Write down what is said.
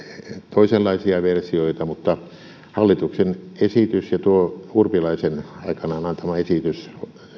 toisenlaisia versioita mutta hallituksen esitys ja tuo urpilaisen aikanaan antama esitys